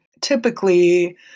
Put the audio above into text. Typically